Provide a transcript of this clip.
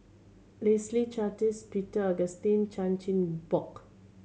Leslie Charteris Peter Augustine Chan Chin Bock